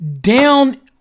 down